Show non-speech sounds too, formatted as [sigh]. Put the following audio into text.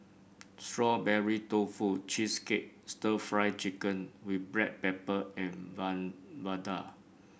Strawberry Tofu Cheesecake stir Fry Chicken with Black Pepper and [unintelligible] vadai